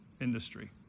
industry